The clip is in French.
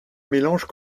mélange